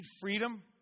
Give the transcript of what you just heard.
freedom